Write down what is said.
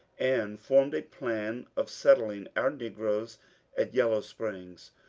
and formed a plan of settling our negroes at yellow springs,